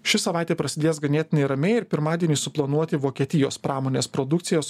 ši savaitė prasidės ganėtinai ramiai ir pirmadienį suplanuoti vokietijos pramonės produkcijos